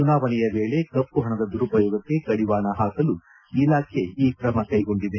ಚುನಾವಣೆಯ ವೇಳೆ ಕಪ್ಪುಹಣದ ದುರುಪಯೋಗಕ್ಕೆ ಕಡಿವಾಣ ಹಾಕಲು ಇಲಾಖೆ ಈ ಕ್ರಮ ಕೈಗೊಂಡಿದೆ